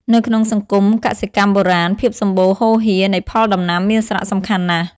នៅក្នុងសង្គមកសិកម្មបុរាណ ភាពសម្បូរហូរហៀរនៃផលដំណាំមានសារៈសំខាន់ណាស់។